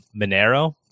Monero